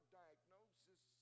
diagnosis